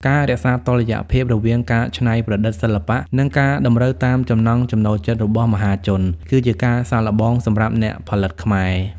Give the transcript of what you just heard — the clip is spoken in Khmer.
ការរក្សាតុល្យភាពរវាងការច្នៃប្រឌិតសិល្បៈ និងការតម្រូវតាមចំណង់ចំណូលចិត្តរបស់មហាជន គឺជាការសាកល្បងសម្រាប់អ្នកផលិតខ្មែរ។